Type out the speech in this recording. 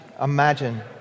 imagine